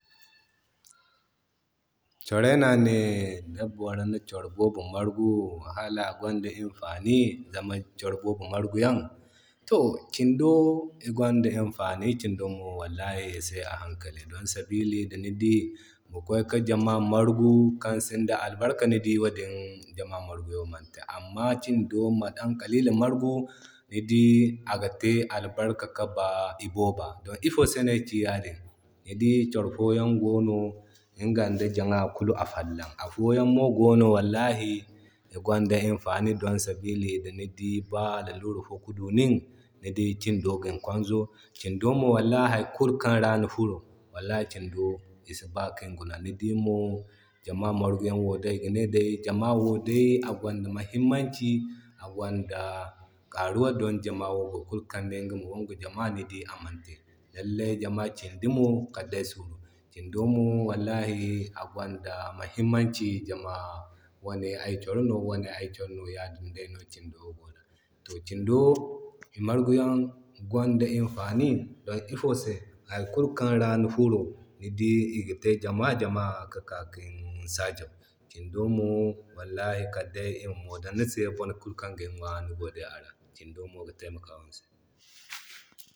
coro no ane di boro na coro boobo margu hal agwanda imfani, zama coro boobo marguyan. To kindo i gwanda imfani, kindo mo wallahi say a hankali don sabili da ni dii din kway ki jama margu kan sinda albarka ni dii wadin jama marguyan mante. Amma kin do ma dan kalilan margu ni dii aga te albarka ki ba i booba. Zama ifo se no ayki yadin, ni dii coro foyaŋ gono kan iŋgan ŋda jama kulu afo. A foyan mo goono wallahi i gonda imfani don sabili da ni di ba lalurar fo ka duu nin ni dii kindo gin kwanzo. Kindo mo hari kulu kan ra ni furo wallahi kindo siba kay kin guna. Ni dii mo jama marguyan wo iga ne day jama agwanda muhimmanci agwanda karuwa, don jama wo boro kulu kan ne iŋgama wongu jama ni dii amante. Lallay jama kindi mo kadday suuru. Kindomo wallahi agwanda muhimmanci jama wane ay coro no, wane ay coro no yadin day no kindo go da. To kindo i marguyaŋ gwanda imfani don ifo se, hari kulu kan ra ni furo ni dii iga te jama-jama ki ka kin sagau. Kin domo wallahi kadday ima modan ni se bone kulu kan gini ŋwa nigo daya a ra. Kindo mo gi temakawa ni se.